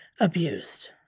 abused